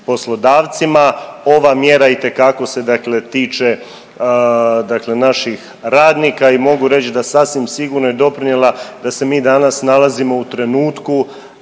poslodavcima. Ova mjera itekako se, dakle tiče dakle naših radnika i mogu reći da sasvim sigurno je doprinijela da se mi danas nalazimo u trenutku